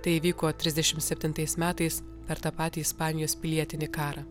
tai įvyko trisdešim septintais metais per tą patį ispanijos pilietinį karą